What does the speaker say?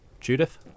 Judith